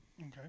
Okay